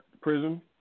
prison